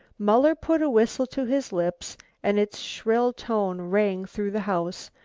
muller put a whistle to his lips and its shrill tone ran through the house,